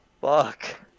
Fuck